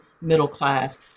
middle-class